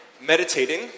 meditating